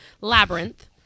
labyrinth